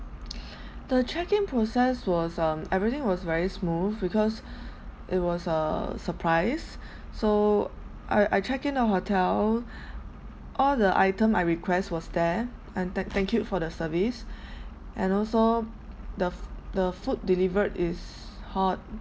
the check in process was um everything was very smooth because it was a surprise so I I check in the hotel all the item I request was there and tha~ thank you for the service and also the f~ the food delivered is hot